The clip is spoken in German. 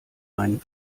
einen